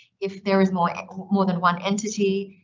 if there is more more than one entity